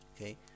Okay